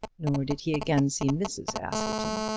nor did he again see mrs. askerton.